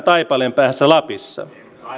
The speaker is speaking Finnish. taipaleen päähän lapissa